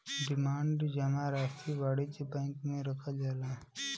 demand जमा राशी वाणिज्य बैंक मे रखल जाला